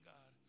God